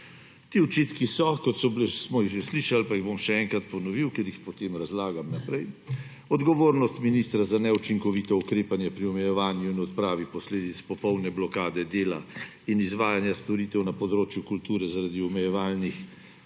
Ti očitki so – kot smo jih že slišali, pa jih bom še enkrat ponovil, ker jih bom potem razlagal naprej –: odgovornost ministra za neučinkovito ukrepanje pri omejevanju in odpravi posledic popolne blokade dela in izvajanja storitev na področju kulture zaradi omejevalnih